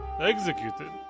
executed